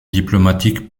diplomatique